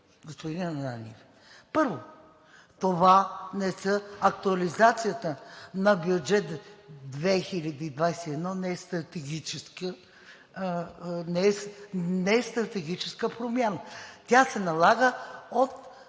Първо, това не е актуализацията на бюджета 2021 г., не е стратегическата промяна. Тя се налага от